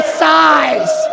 size